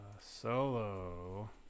Solo